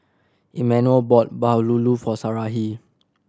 Emanuel bought bahulu for Sarahi